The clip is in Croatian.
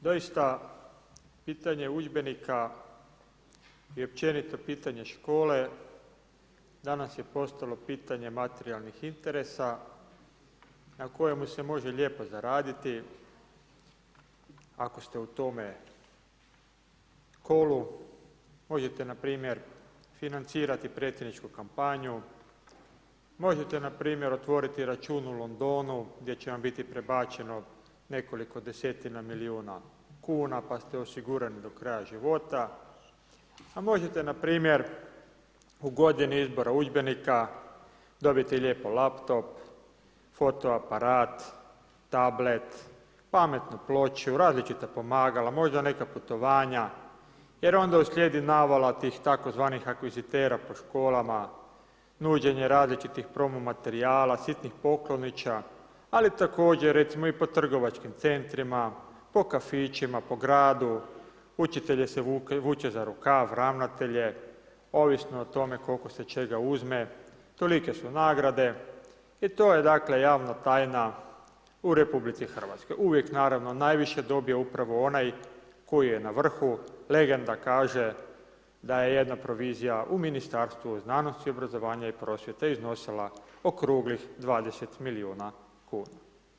Doista pitanje udžbenika i općenito pitanje škole danas je postalo pitanje materijalnih interesa na kojemu se može lijepo zaraditi ako ste u tome kolu, možete npr. financirati predsjedničku kampanju, možete npr. otvoriti račun u Londonu gdje će vam biti prebačeno nekoliko desetina milijuna kuna pa ste osigurani do kraja života, a možete npr. ... na izboru udžbenika, dobiti lijepo laptop, fotoaparat, tablet, pametnu ploču, različita pomagala, možda neka putovanja jer onda uslijedi navala tih tzv. akvizitera po školama, nuđenje različitih promo materijala, sitnih poklonića ali također recimo i po trgovačkim centrima, po kafićima, po gradu, učitelji se vuče za rukav, ravnatelje, ovisno o tome koliko se čega uzme, tolike su nagrade i to je dakle, javna tajna u RH, uvijek naravno najviše dobije upravo onaj koji je na vrhu, legenda kaže, da je jedna provizija u Ministarstvu znanosti, obrazovanja i prosvjete iznosila okruglih 20 milijuna kuna.